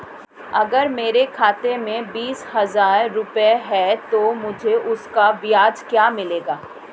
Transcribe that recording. अगर मेरे खाते में बीस हज़ार रुपये हैं तो मुझे उसका ब्याज क्या मिलेगा?